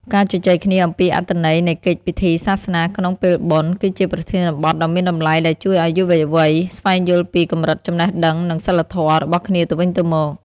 ការជជែកគ្នាអំពីអត្ថន័យនៃកិច្ចពិធីសាសនាក្នុងពេលបុណ្យ គឺជាប្រធានបទដ៏មានតម្លៃដែលជួយឱ្យយុវវ័យស្វែងយល់ពី "កម្រិតចំណេះដឹង និងសីលធម៌" របស់គ្នាទៅវិញទៅមក។